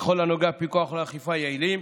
בכל הנוגע לפיקוח ולאכיפה יעילים.